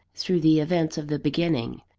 through the events of the beginning.